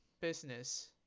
business